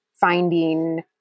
finding